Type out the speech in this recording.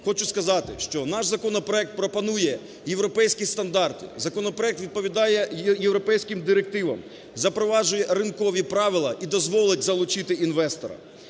хочу сказати, що наш законопроект пропонує європейські стандарти. Законопроект відповідає європейським директивам, запроваджує ринкові правила і дозволить залучити інвестора.